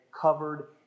covered